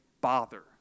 bother